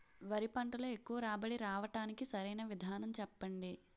వరి పంటలో ఎక్కువ రాబడి రావటానికి సరైన విధానం చెప్పండి?